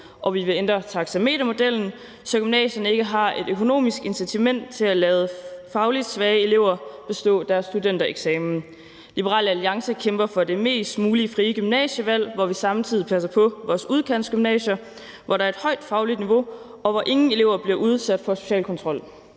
og vi vil ændre taxametermodellen, så gymnasierne ikke har et økonomisk incitament til at lade fagligt svage elever bestå deres studentereksamen. Liberal Alliance kæmper for det friest mulige gymnasievalg, hvor vi samtidig passer på vores udkantsgymnasier, hvor der er et højt fagligt niveau, og hvor ingen elever bliver udsat for social kontrol.